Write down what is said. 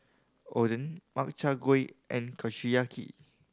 Oden Makchang Gui and Kushiyaki